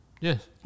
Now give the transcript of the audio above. Yes